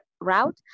route